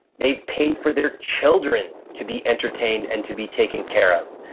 they've paid for their children to be entertained and to be taken care of.